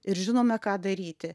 ir žinome ką daryti